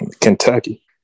Kentucky